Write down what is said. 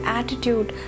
attitude